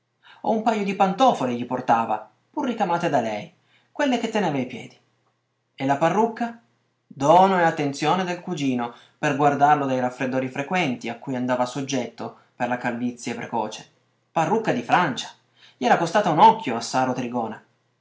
un pajo di pantofole gli portava pur ricamate da lei quelle che teneva ai piedi e la parrucca dono e attenzione del cugino per guardarlo dai raffreddori frequenti a cui andava soggetto per la calvizie precoce parrucca di francia gli era costata un occhio a